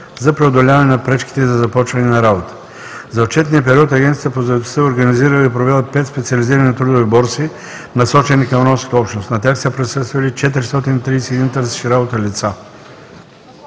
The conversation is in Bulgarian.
за преодоляване на пречките за започване на работа. За отчетения период Агенцията по заетостта е организирала и провела 5 специализирани трудови борси, насочени към ромската общност. На тях са присъствали 431 търсещи работа лица.